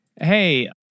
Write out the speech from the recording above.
hey